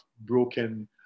broken